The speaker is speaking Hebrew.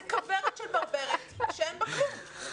זה כוורת של ברברת שאין בה כלום.